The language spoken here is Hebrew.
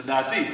לדעתי.